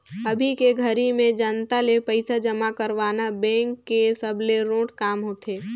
अभी के घरी में जनता ले पइसा जमा करवाना बेंक के सबले रोंट काम होथे